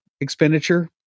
expenditure